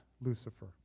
Lucifer